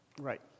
Right